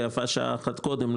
ויפה אחת שעה קודם.